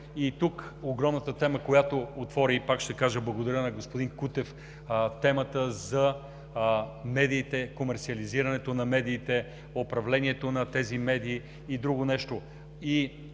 И тук огромната тема, която отвори – и пак ще кажа благодаря на господин Кутев, за медиите, комерсиализирането на медиите, управлението на тези медии. И друго нещо